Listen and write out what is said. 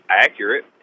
accurate